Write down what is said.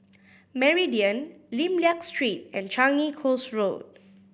Meridian Lim Liak Street and Changi Coast Road